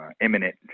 imminent